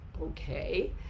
okay